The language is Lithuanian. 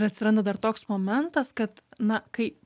atsiranda dar toks momentas kad na kai